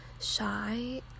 shy